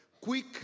quick